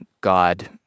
God